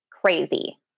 Crazy